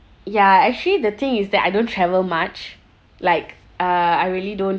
ya actually the thing is that I don't travel much like uh I really don't